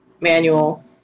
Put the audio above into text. manual